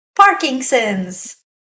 Parkinson's